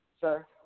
sir